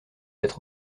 être